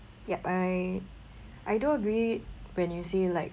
yup I I do agree when you say like